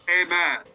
Amen